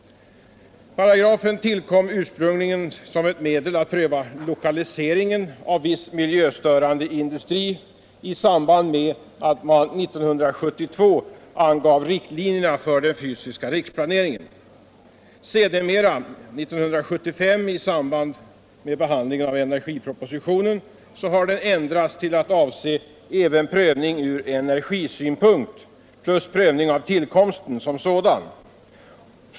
Denna paragraf tillkom ursprungligen som ett medel att pröva lokaliseringen av viss miljöförstörande industri i samband med att man 1972 angav riktlinjerna för den fysiska riksplaneringen. Vid behandlingen av energipropositionen i år har denna paragraf ändrats till att avse även prövning ur energisynpunkt plus tillkomsten av prövningen som sådan.